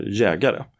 jägare